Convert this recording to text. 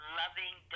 loving